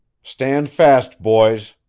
stand fast, boys,